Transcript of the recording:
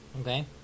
Okay